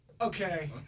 Okay